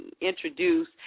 introduce